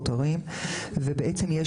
ובעצם,